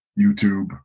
YouTube